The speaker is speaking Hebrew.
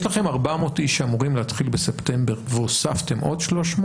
יש לכם 400 איש שאמורים להתחיל בספטמבר והוספתם עוד 300?